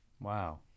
Wow